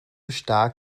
stark